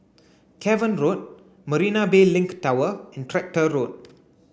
Cavan Road Marina Bay Link and Tractor Road